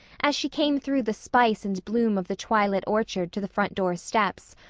as she came through the spice and bloom of the twilit orchard to the front door steps,